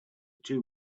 two